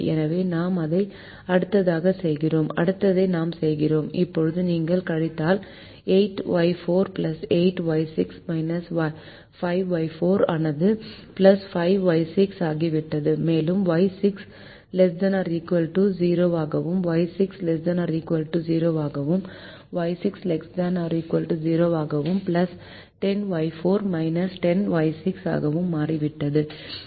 எனவே நாம் அதை அடுத்ததாக செய்கிறோம் அடுத்ததை நாம் செய்கிறோம் இப்போது நீங்கள் கழித்தல் 8Y4 8Y6 5Y4 ஆனது 5Y6 ஆகிவிட்டது மேலும் Y6 ≤ 0 ஆகவும் Y6 ≤ 0 ஆகவும் Y6 ≤ 0 ஆகவும் 10Y4 10Y6 ஆகவும் மாறிவிட்டது